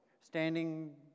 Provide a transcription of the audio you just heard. standing